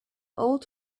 old